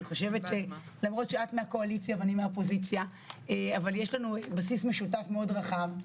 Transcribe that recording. למרות שאת מהקואליציה ואני מהאופוזיציה יש לנו בסיס משותף מאוד רחב.